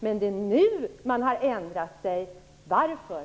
Men det är nu man har ändrat sig. Varför?